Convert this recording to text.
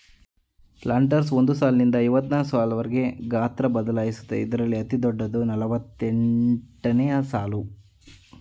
planters ಒಂದ್ ಸಾಲ್ನಿಂದ ಐವತ್ನಾಕ್ವರ್ಗೆ ಗಾತ್ರ ಬದಲಾಗತ್ವೆ ಇದ್ರಲ್ಲಿ ಅತಿದೊಡ್ಡದು ನಲವತ್ತೆಂಟ್ಸಾಲು